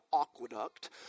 aqueduct